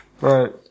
right